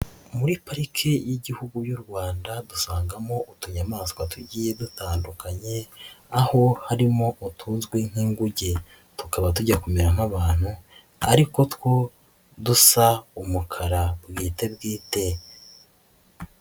Muri parike y'Igihugu y'u Rwanda dusangamo utunyamaswa tugiye dutandukanye aho harimo utuzwi nk'inguge tukaba tujya kumera nk'abantu ari two dusa umukara bwite bwite.